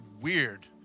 weird